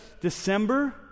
December